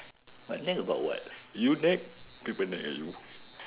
but nag about what you nag people nag at you